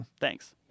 Thanks